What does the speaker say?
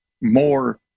more